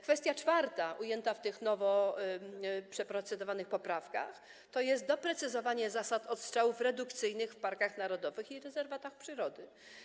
Kwestia czwarta, ujęta w tych nowo przeprocedowanych poprawkach, to jest doprecyzowanie zasad odstrzałów redukcyjnych w parkach narodowych i rezerwatach przyrody.